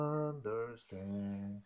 understand